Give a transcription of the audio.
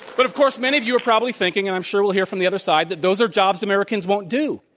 but of course many of you are probably thinking, and i'm sure we'll hear from the other side, that those are jobs americans won't do,